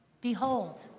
Behold